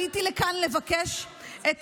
עליתי לכאן לבקש את